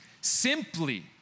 Simply